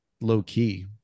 low-key